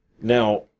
Now